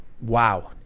wow